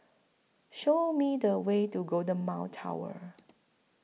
Show Me The Way to Golden Mile Tower